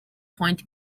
point